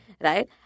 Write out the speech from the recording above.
right